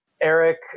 Eric